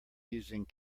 using